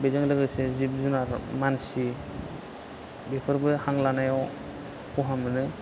बेजों लोगोसे जिब जुनार मानसि बेफोरबो हां लानायाव खहा मोनो